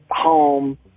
home